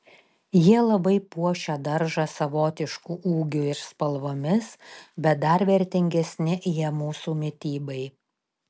jie labai puošia daržą savotišku ūgiu ir spalvomis bet dar vertingesni jie mūsų mitybai